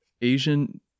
Asian